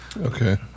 Okay